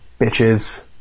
bitches